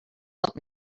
help